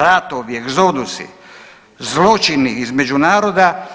Ratovi, egzodusi, zločini između naroda